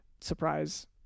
surprise